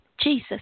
Jesus